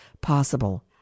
possible